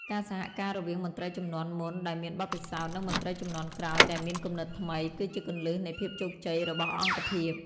ការសហការរវាងមន្ត្រីជំនាន់មុនដែលមានបទពិសោធន៍ និងមន្ត្រីជំនាន់ក្រោយដែលមានគំនិតថ្មី គឺជាគន្លឹះនៃភាពជោគជ័យរបស់អង្គភាព។